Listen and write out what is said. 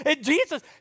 Jesus